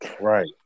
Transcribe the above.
Right